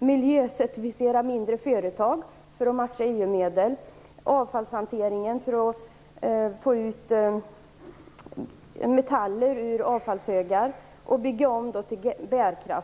miljöcertifiering av mindre företag för att matcha EU-medel och för avfallshantering så att man kan få ut metaller ur avfallshögar.